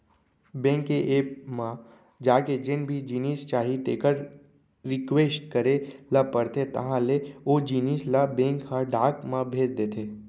bank के app म जाके जेन भी जिनिस चाही तेकर रिक्वेस्ट करे ल परथे तहॉं ले ओ जिनिस ल बेंक ह डाक म भेज देथे